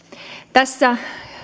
tässä